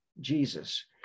Jesus